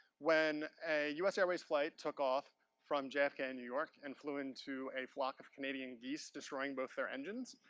when a us airways flight took off from jfk in new york, and flew into a flock of canadian geese, destroying both their engines,